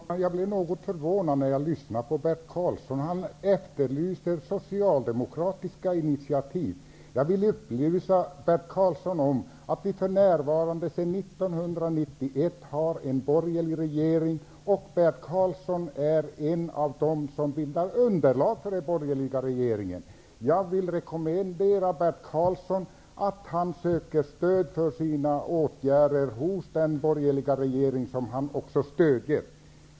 Herr talman! Jag blev något förvånad när jag lyssnade på Bert Karlsson. Han efterlyste socialdemokratiska initiativ. Jag vill upplysa Bert Karlsson om att att vi för närvarande, sedan 1991, har en borgerlig regering. Bert Karlsson är en av dem som bildar underlag för den borgerliga regeringen. Jag vill rekommendera Bert Karlsson att han söker stöd för sina åtgärder hos den borgerliga regering som han också stöder.